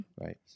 Right